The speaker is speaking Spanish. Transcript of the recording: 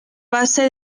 base